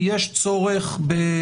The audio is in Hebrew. יש צורך גם